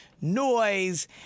noise